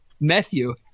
Matthew